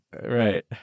Right